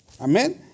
Amen